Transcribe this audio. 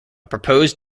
proposed